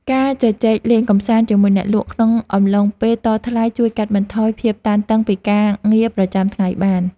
ការជជែកលេងកម្សាន្តជាមួយអ្នកលក់ក្នុងអំឡុងពេលតថ្លៃជួយកាត់បន្ថយភាពតានតឹងពីការងារប្រចាំថ្ងៃបាន។